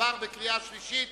עבר בקריאה שלישית,